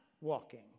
walking